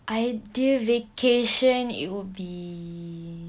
ideal vacation it would be